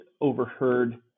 overheard